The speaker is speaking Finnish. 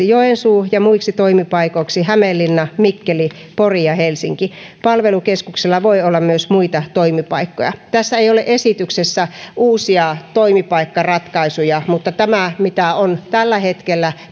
joensuu ja muiksi toimipaikoiksi hämeenlinna mikkeli pori ja helsinki palvelukeskuksella voi olla myös muita toimipaikkoja tässä esityksessä ei ole uusia toimipaikkaratkaisuja mutta tämä mitä on tällä hetkellä